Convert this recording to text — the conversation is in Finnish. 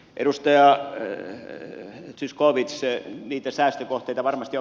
edustaja zyskowicz niitä säästökohteita varmasti on